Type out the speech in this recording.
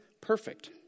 perfect